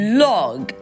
log